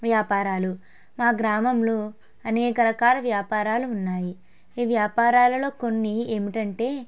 వ్యాపారాలు మా గ్రామంలో అనేక రకాల వ్యాపారాలు ఉన్నాయి ఈ వ్యాపారాలలో కొన్ని ఏమిటంటే